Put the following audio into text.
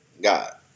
God